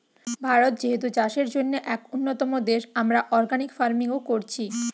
ভারত যেহেতু চাষের জন্যে এক উন্নতম দেশ, আমরা অর্গানিক ফার্মিং ও কোরছি